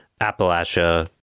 Appalachia